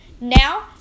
Now